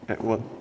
at work